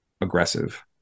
aggressive